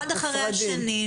אחד אחרי השני,